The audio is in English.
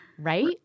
Right